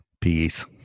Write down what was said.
Peace